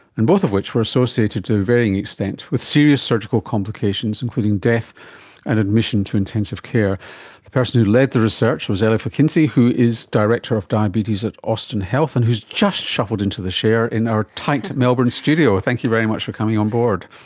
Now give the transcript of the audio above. and both of which were associated, to varying extents, with serious surgical complications including death and admission to intensive care. the person who led the research was elif ekinci who is director of diabetes at austin health and who has just shuffled into the chair in our tight melbourne studio. thank you very much for coming on board.